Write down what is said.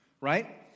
right